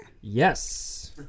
Yes